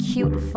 Cute